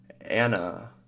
Anna